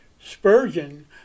Spurgeon